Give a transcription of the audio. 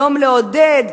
יום לעודד.